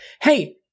hey